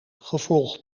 gevolgd